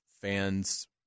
fans